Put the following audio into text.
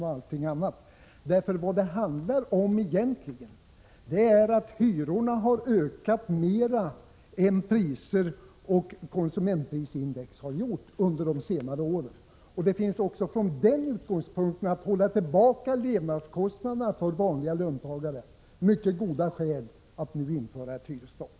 Vad det egentligen handlar om är att hyrorna har ökat mer än priser och konsumentindex under de senaste åren. Vill man hålla nere levnadskostnaderna för vanliga löntagare, finns det mycket goda skäl att nu införa ett hyresstopp.